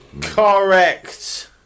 Correct